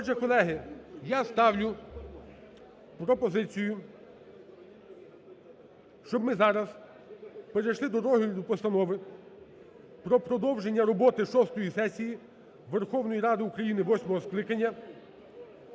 Отже, колеги, я ставлю пропозицію, щоб ми зараз перейшли до розгляду Постанови про продовження роботи шостої сесії Верховної Ради України восьмого скликання.